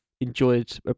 enjoyed